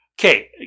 Okay